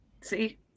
See